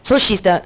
so she's the